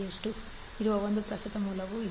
ಇರುವ ಒಂದು ಪ್ರಸ್ತುತ ಮೂಲವೂ ಇದೆ